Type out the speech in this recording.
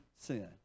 sin